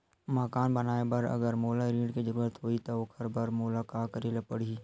मकान बनाये बर अगर मोला ऋण के जरूरत होही त ओखर बर मोला का करे ल पड़हि?